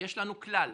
יש לנו כלל,